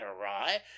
awry